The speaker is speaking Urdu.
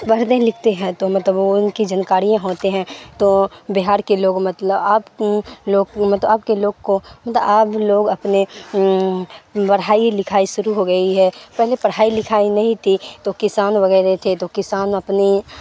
پڑھتے لکھتے ہیں تو مطلب وہ ان کی جانکاریاں ہوتے ہیں تو بہار کے لوگ مطلب آپ لوگ مطلب آپ کے لوگ کو مطلب آپ لوگ اپنے پڑھائی لکھائی شروع ہو گئی ہے پہلے پڑھائی لکھائی نہیں تھی تو کسان وغیرہ تھے تو کسان اپنی